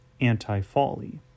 Anti-Folly